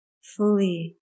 fully